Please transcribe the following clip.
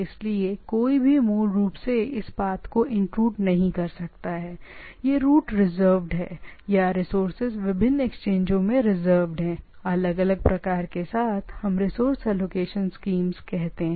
इसलिए कोई भी मूल रूप से इस पाथ में अदर सेंस में इंट्रूड नहीं कर सकता है यह रूट रिजर्वड है या रिसोर्सेज विभिन्न एक्सचेंजों में रिजर्वड हैं अलग अलग प्रकार के साथ हम रिसोर्स एलोकेशन स्कीम्स कहते हैं